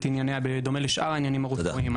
ענייניה בדומה לשאר העניינים הרפואיים,